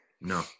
No